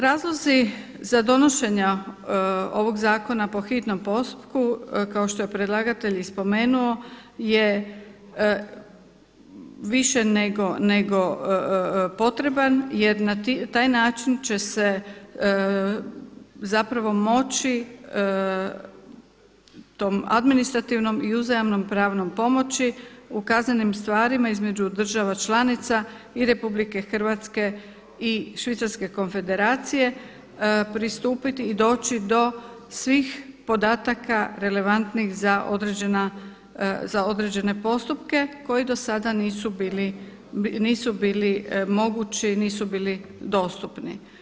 Razlozi za donošenja ovog zakona po hitnom postupku kao što je predlagatelj i spomenuo je više nego potreban jer na taj način će se moći tom administrativnom i uzajamnom pravnom pomoći u kaznenim stvarima između država članica i RH i Švicarske konfederacije pristupiti i doći do svih podataka relevantnih za određene postupke koji do sada nisu bili mogući, nisu bili dostupni.